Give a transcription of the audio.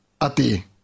Ati